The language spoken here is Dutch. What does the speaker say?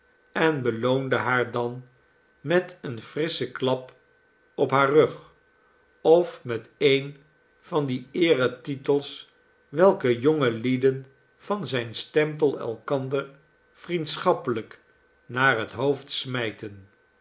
en beloonde haar dan met een frisschen klap op haar rug of met een van die eeretitels welke jonge lieden van zijn stempel elkander vriendschappelijk naar het het hoofd smijten